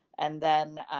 and then,